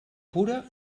pura